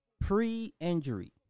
pre-injury